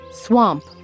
swamp